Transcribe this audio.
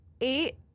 eight